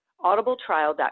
audibletrial.com